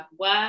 work